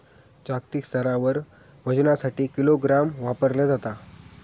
जागतिक स्तरावर वजनासाठी किलोग्राम वापरला जाता